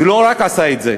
ולא רק עשה את זה,